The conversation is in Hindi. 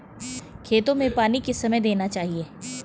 खेतों में पानी किस समय देना चाहिए?